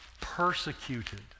persecuted